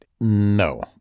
No